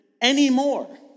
anymore